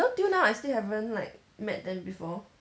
till now I still haven't like met them before